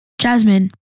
Jasmine